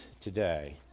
today